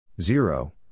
zero